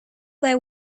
their